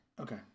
Okay